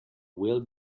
will